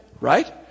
right